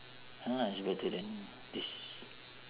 !hanna! it's better than this